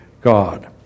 God